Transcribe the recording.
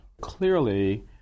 Clearly